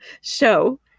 show